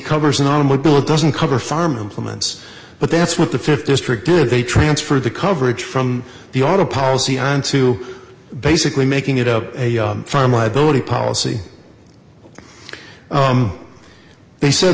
covers an automobile it doesn't cover farm implements but that's what the th district did they transferred the coverage from the auto policy on to basically making it up from liability policy they said